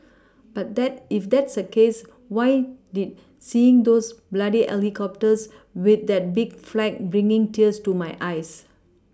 but that if that's a case why did seeing those bloody helicopters with that big flag bring tears to my eyes